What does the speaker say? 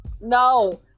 No